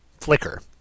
Flicker